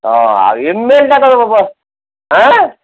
ହଁ ଆଉ ଆଁ